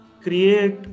Create